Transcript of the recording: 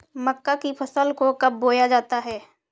मक्का की फसल को कब बोया जाता है?